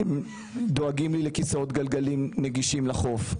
דואגים לי לכיסאות גלגלים נגישים לחוף,